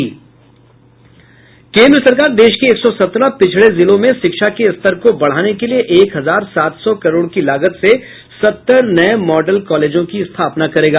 केन्द्र सरकार बिहार सहित देश के एक सौ सत्रह पिछड़े जिलों में शिक्षा के स्तर को बढ़ाने के लिए एक हजार सात सौ करोड़ की लागत से सत्तर नए मॉडल कालेजों की स्थापना करेगी